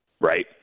right